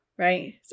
Right